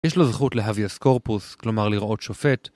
יש לו זכות להביאס קורפוס, כלומר לראות שופט